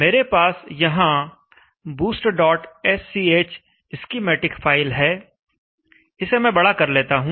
मेरे पास यहां boostsch स्कीमेटिक फाइल है इसे मैं बड़ा कर लेता हूं